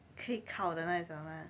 可以靠的那一种啦